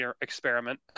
experiment